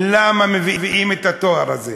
למה מביאים את התואר הזה?